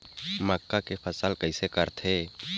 मक्का के फसल कइसे करथे?